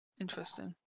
Interesting